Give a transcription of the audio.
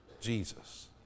Jesus